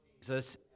Jesus